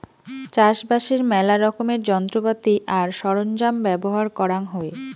চাষবাসের মেলা রকমের যন্ত্রপাতি আর সরঞ্জাম ব্যবহার করাং হই